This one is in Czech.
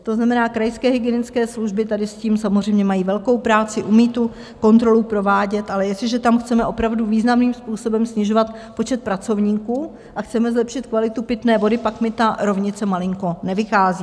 To znamená, krajské hygienické služby tady s tím samozřejmě mají velkou práci, umí tu kontrolu provádět, ale jestliže tam chceme opravdu významným způsobem snižovat počet pracovníků a chceme zlepšit kvalitu pitné vody, pak mi ta rovnice malinko nevychází.